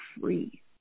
free